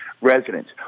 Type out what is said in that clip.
residents